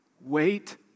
wait